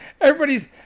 everybody's